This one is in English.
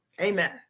Amen